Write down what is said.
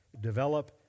develop